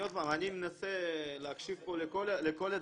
עוד פעם, אני מנסה להקשיב פה לכל הצדדים.